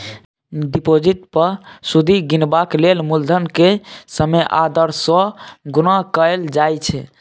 deposit पर सुदि गिनबाक लेल मुलधन केँ समय आ दर सँ गुणा कएल जाइ छै